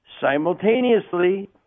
Simultaneously